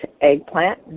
eggplant